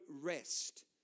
rest